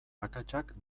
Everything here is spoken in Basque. akatsak